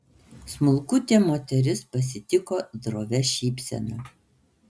smulkutė moteris pasitiko drovia šypsena